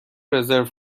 رزرو